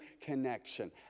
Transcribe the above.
connection